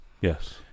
Yes